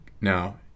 now